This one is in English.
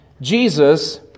Jesus